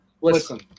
listen